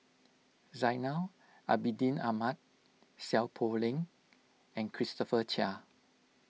Zainal Abidin Ahmad Seow Poh Leng and Christopher Chia